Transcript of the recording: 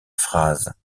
phrase